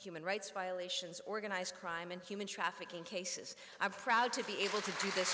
human rights violations organized crime and human trafficking cases i proud to be able to do this